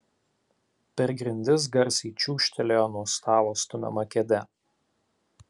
per grindis garsiai čiūžtelėjo nuo stalo stumiama kėdė